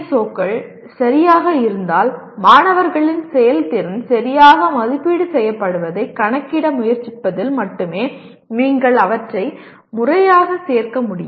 ஓக்கள் சரியாக இருந்தால் மாணவர்களின் செயல்திறன் சரியாக மதிப்பீடு செய்யப்படுவதை கணக்கிட முயற்சிப்பதில் மட்டுமே நீங்கள் அவற்றை முறையாக சேர்க்க முடியும்